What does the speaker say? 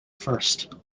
first